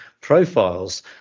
profiles